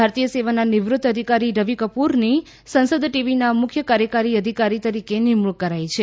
ભારતીય સેવાના નિવૃત્ત અધિકારી રવિ કપૂરની સંસદ ટીવીના મુખ્ય કાર્યકારી અધિકારી તરીકે નિમણૂંક કરાઇ છે